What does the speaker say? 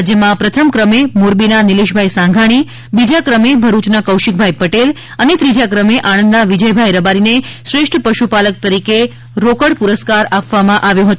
રાજ્યમાં પ્રથમ ક્રમે મોરબીના નીલેશભાઇ સાંઘાણી બીજા ક્રમે ભરૂચના કૌશિકભાઇ પટેલ અને ત્રીજા ક્રમે આણંદના વિજયભાઇ રબારીને શ્રેષ્ઠ પશુપાલક તરીકે રોકડ પુરસ્કાર આપવામાં આવ્યો હતો